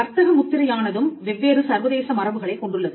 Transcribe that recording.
வர்த்தக முத்திரை யானதும் வெவ்வேறு சர்வதேச மரபுகளைக் கொண்டுள்ளது